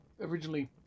originally